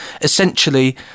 essentially